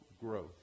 growth